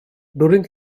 during